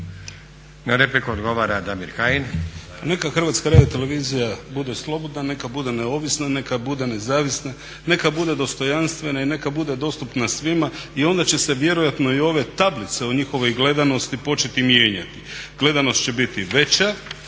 Na repliku odgovara Damir Kajin. **Kajin, Damir (ID - DI)** Pa neka HRT bude slobodna, neka bude neovisna, neka bude nezavisna, neka bude dostojanstvena i neka bude dostupna svima i onda će se vjerojatno i ove tablice o njihovoj gledanosti početi mijenjati. Gledanost će biti veća,